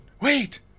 Wait